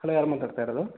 hello ಯಾರು ಮಾತಾಡ್ತಾ ಇರೋದು